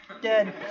Dead